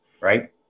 Right